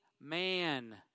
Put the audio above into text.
man